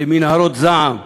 למנהרות זעם,